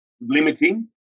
limiting